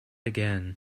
again